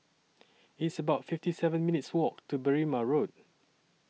It's about fifty seven minutes' Walk to Berrima Road